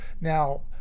now